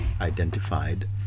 identified